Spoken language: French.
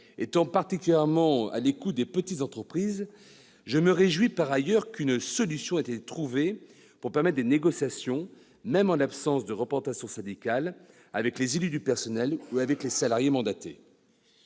étant particulièrement à l'écoute des petites entreprises, je me réjouis par ailleurs qu'une solution ait été trouvée pour permettre des négociations, même en l'absence de représentation syndicale, avec les élus du personnel ou avec les salariés mandatés.